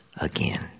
again